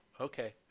Okay